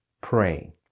pray